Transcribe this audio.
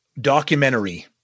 documentary